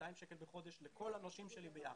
200 שקלים בחודש לכל הנושים שלו ביחד,